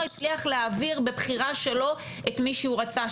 הצליח להעביר בבחירה שלו את מי שהוא רצה.